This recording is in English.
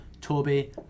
Toby